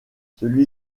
celui